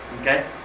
Okay